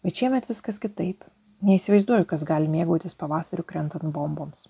bet šiemet viskas kitaip neįsivaizduoju kas gali mėgautis pavasariu krentant bomboms